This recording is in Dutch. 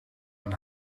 een